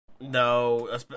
no